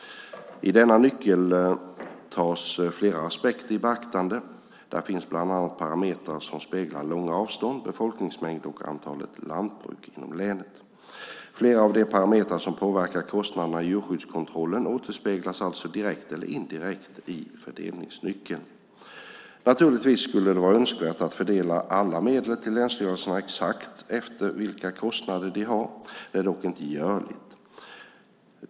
I denna nyckel tas flera aspekter i beaktande. Där finns bland annat parametrar som speglar långa avstånd, befolkningsmängd och antalet lantbruk inom länet. Flera av de parametrar som påverkar kostnaderna i djurskyddskontrollen återspeglas alltså direkt eller indirekt i fördelningsnyckeln. Naturligtvis skulle det vara önskvärt att fördela alla medel till länsstyrelserna exakt efter vilka kostnader de har. Det är dock inte görligt.